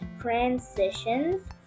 transitions